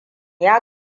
ya